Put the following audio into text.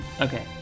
okay